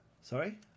Sorry